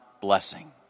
blessing